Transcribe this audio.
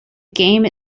game